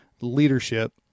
leadership